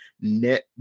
net